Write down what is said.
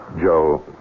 Joe